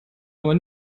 aber